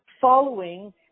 following